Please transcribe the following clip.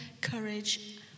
courage